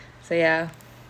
so ya